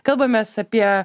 kalbamės apie